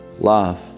Love